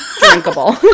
drinkable